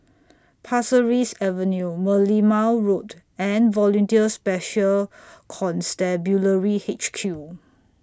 Pasir Ris Avenue Merlimau Road and Volunteer Special Constabulary H Q